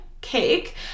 cake